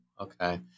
Okay